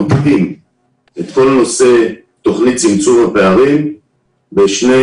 ממקדים את כל נשוא צמצום הפערים לשני